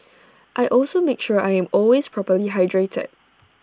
I also make sure I am always properly hydrated